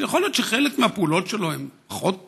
ויכול להיות שחלק מהפעולות שלו הן פחות בולטות,